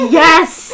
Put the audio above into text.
yes